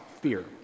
Fear